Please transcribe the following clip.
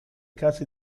case